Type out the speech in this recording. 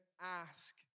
ask